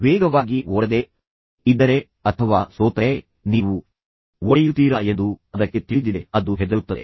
ವೇಗವಾಗಿ ಓಡದೆ ಇದ್ದರೆ ಅಥವಾ ಸೋತರೆ ನೀವು ಒಡೆಯುತ್ತೀರಾ ಅದನ್ನು ಒದೆಯುತ್ತೀರಿ ಎಂದು ಅದಕ್ಕೆ ತಿಳಿದಿದೆ ಆದ್ದರಿಂದ ಅದು ಹೆದರುತ್ತದೆ